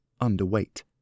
underweight